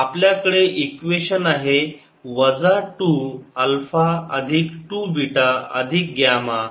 आपल्याकडे इक्वेशन आहे वजा 2 अल्फा अधिक 2 बीटा अधिक ग्यामा बरोबर आहे 0